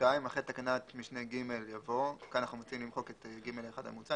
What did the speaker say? אחרי תקנת משנה (ג) יבוא: כאן אנחנו מציעים למחוק את (ג1) המוצע,